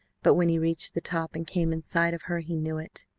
but when he reached the top and came in sight of her he knew it.